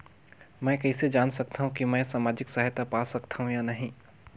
मै कइसे जान सकथव कि मैं समाजिक सहायता पा सकथव या नहीं?